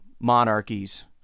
monarchies